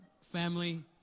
family